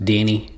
Danny